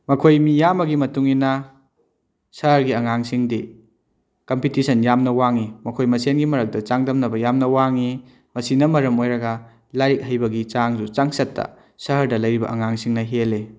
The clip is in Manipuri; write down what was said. ꯃꯈꯣꯏ ꯃꯤ ꯌꯥꯝꯕꯒꯤ ꯃꯇꯨꯡ ꯏꯟꯅ ꯁꯍꯔꯒꯤ ꯑꯉꯥꯡꯁꯤꯡꯗꯤ ꯀꯝꯄꯤꯇꯤꯁꯟ ꯌꯥꯝꯅ ꯋꯥꯡꯏ ꯃꯈꯣꯏ ꯃꯁꯦꯟꯒꯤ ꯃꯔꯛꯇ ꯆꯥꯡꯗꯝꯅꯕ ꯌꯥꯝꯅ ꯋꯥꯡꯏ ꯑꯁꯤꯅ ꯃꯔꯝ ꯑꯣꯏꯔꯒ ꯂꯥꯏꯔꯤꯛ ꯍꯩꯕꯒꯤ ꯆꯥꯡꯁꯨ ꯆꯥꯡꯆꯠꯇ ꯁꯍꯔꯗ ꯂꯩꯔꯤꯕ ꯑꯉꯥꯡꯁꯤꯡꯅ ꯍꯦꯜꯂꯤ